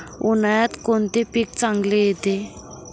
उन्हाळ्यात कोणते पीक चांगले येते?